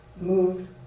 moved